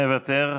מוותר,